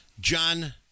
John